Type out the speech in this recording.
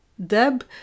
Deb